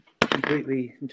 completely